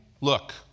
look